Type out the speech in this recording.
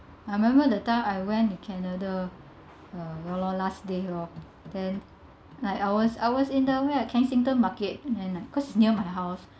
I remember that time I went to canada uh ya loh last day loh then like I was I was in the where ah kensington market and like cause near my house